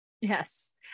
Yes